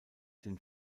den